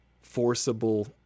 forcible